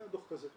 זה היה דוח כזה,